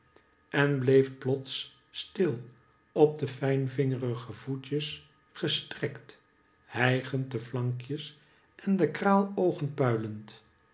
en bleef plots stil op de fijnvingerige voetjes gestrekt hijgend de flankjes en de kraaloogen puilend